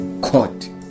caught